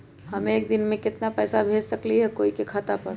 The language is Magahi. हम एक दिन में केतना पैसा भेज सकली ह कोई के खाता पर?